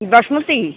basmati